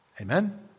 Amen